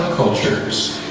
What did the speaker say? cultures